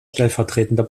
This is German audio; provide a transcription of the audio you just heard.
stellvertretender